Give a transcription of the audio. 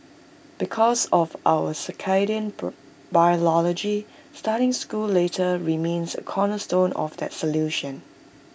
because of our circadian biology starting school later remains A cornerstone of that solution